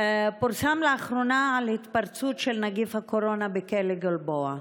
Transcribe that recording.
לאחרונה על התפרצות של נגיף הקורונה בכלא גלבוע.